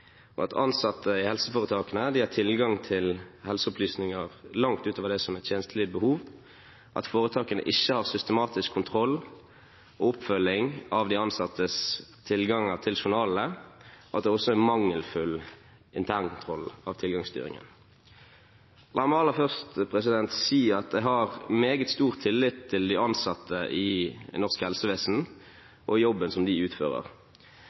at ansatte i helseforetakene har tilgang til helseopplysninger langt utover tjenstlig behov, at foretakene ikke har systematisk kontroll og oppfølging av de ansattes tilgang til journalene, og at det er mangelfull internkontroll av tilgangsstyringen. La meg aller først si at jeg har meget stor tillit til de ansatte i norsk helsevesen og jobben som de utfører.